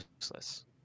useless